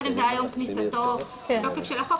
קודם זה היה יום כניסתו לתוקף של החוק,